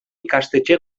ikastetxe